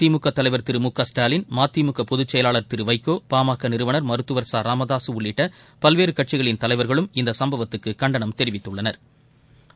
திமுக தலைவர் திரு மு க ஸ்டாலின் மதிமுக பொதுச்செயலாளர் திரு வைகோ பாமக நிறுவனர் மருத்துவர் ச ராமதாசு உள்ளிட்ட பல்வேறு கட்சிகளின் தலைவர்களும் இந்த சும்பவத்துக்கு கண்டனம் தெரிவித்துள்ளனா்